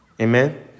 Amen